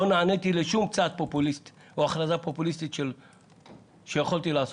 לא נעניתי לשום צעד פופוליסטי או הכרזה פופוליסטית שיכולתי לעשות.